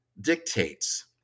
dictates